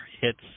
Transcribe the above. hits